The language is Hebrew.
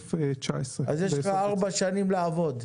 בסוף 2019. אז יש לך 4 שנים לעבוד.